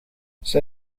zij